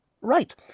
right